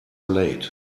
late